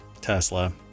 Tesla